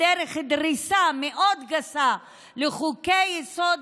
דרך דריסה מאוד גסה של חוקי-היסוד,